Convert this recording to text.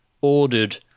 ordered